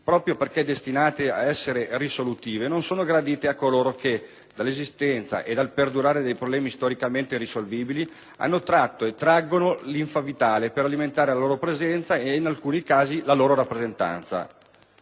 proprio perché destinate ad essere risolutive, non sono gradite a coloro che, dall'esistenza e dal perdurare dei problemi storicamente irrisolvibili, hanno tratto e traggono linfa vitale per alimentare la loro presenza e, in alcuni casi, la loro rappresentanza.